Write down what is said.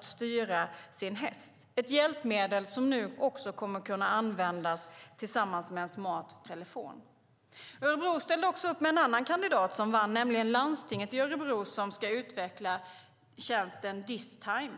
styra sin häst - ett hjälpmedel som nu också kommer att kunna användas tillsammans med en smart telefon. Örebro ställde också upp med en annan kandidat som vann, nämligen Örebro läns landsting, som ska utveckla tjänsten Distime.